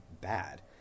bad